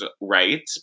right